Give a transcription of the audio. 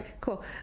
cool